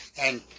and-